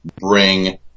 bring